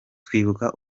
twibuka